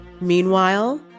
Meanwhile